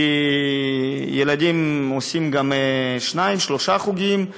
כי ילדים משתתפים בשני חוגים או שלושה,